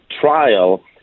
trial